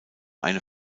eine